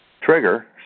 trigger